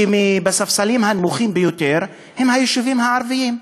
שבספסלים הנמוכים ביותר, היישובים הערביים.